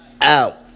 out